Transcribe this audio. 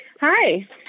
Hi